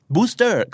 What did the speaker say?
Booster